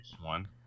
one